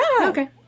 Okay